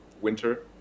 winter